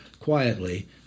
quietly